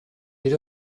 nid